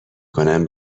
کنم